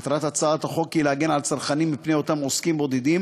מטרת הצעת החוק היא להגן על צרכנים מפני אותם עוסקים בודדים